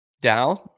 down